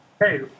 Hey